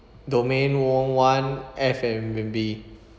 domain won~ one F&B